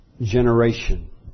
generation